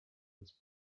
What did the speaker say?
with